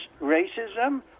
racism